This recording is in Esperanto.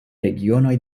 regionoj